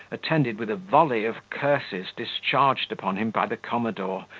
attended with a volley of curses discharged upon him by the commodore,